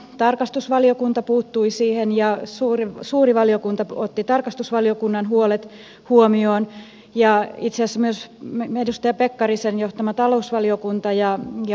tarkastusvaliokunta puuttui siihen ja suuri valiokunta otti tarkastusvaliokunnan huolet huomioon itse asiassa myös edustaja pekkarisen johtama talousvaliokunta ja valtiovarainvaliokunta